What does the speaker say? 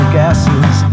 gases